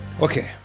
Okay